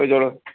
ചോദിച്ചോളു